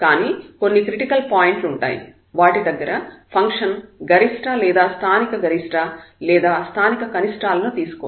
కానీ కొన్ని క్రిటికల్ పాయింట్లు ఉంటాయి వాటి దగ్గర ఫంక్షన్ గరిష్ట లేదా స్థానిక గరిష్ట లేదా స్థానిక కనిష్టాలను తీసుకోదు